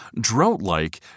drought-like